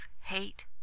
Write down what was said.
hate